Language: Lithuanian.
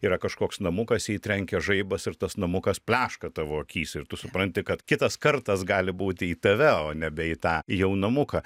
yra kažkoks namukas į jį trenkia žaibas ir tas namukas pleška tavo akyse ir tu supranti kad kitas kartas gali būti į tave o nebe į tą jau namuką